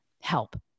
help